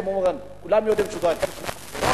כמובן כולם יודעים שזו היתה שנת בחירות,